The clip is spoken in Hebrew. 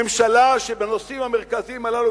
ממשלה שבנושאים המרכזיים הללו,